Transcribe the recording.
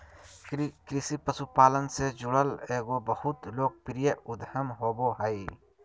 कृषि पशुपालन से जुड़ल एगो बहुत लोकप्रिय उद्यम होबो हइ